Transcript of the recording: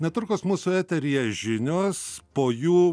netrukus mūsų eteryje žinios po jų